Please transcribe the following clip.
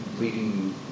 leading